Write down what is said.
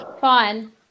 Fine